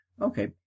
Okay